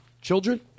children